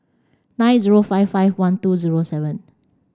nine zero five five one two zero seven